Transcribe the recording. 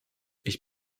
ich